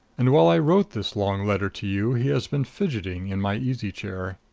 and while i wrote this long letter to you he has been fidgeting in my easy chair.